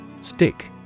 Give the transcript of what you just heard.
Stick